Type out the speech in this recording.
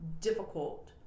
difficult